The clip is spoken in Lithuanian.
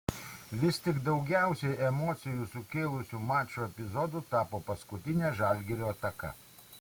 vis tik daugiausiai emocijų sukėlusiu mačo epizodu tapo paskutinė žalgirio ataka